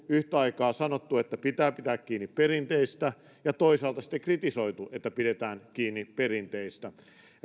yhtä aikaa sanottu että pitää pitää kiinni perinteistä ja toisaalta sitten kritisoitu että pidetään kiinni perinteistä